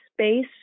space